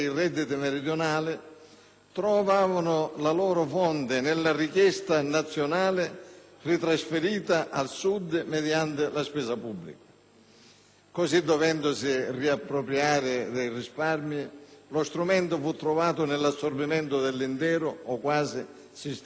trovavano la loro fonte nella richiesta nazionale ritrasferita al Sud mediante la spesa pubblica. Così, dovendosi riappropriare dei risparmi, lo strumento fu trovato nell'assorbimento dell'intero, o quasi, sistema creditizio.